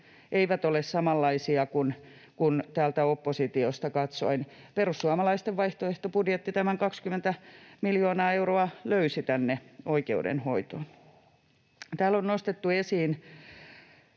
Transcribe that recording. eivät ole samanlaisia kuin täältä oppositiosta katsoen. Perussuomalaisten vaihtoehtobudjetti tämän 20 miljoonaa euroa löysi tänne oikeudenhoitoon. Sanonpa vielä tähän